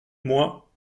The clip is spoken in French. moi